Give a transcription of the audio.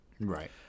Right